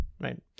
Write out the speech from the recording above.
right